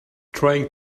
trying